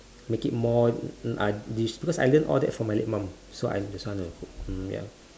make it more ah dish because I learn all that from my late mum so I that's why I know how to cook mm ya